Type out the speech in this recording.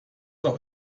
auch